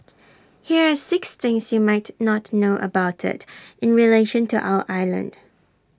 here are six things you might not know about IT in relation to our island